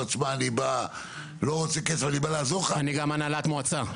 גם הנהלת מועצה.